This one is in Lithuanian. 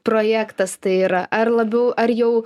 projektas tai yra ar labiau ar jau